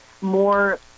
more